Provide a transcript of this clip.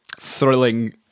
thrilling